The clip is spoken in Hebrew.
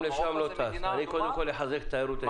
גם לשם לא טס, קודם כל לחזק את התיירות הישראלית.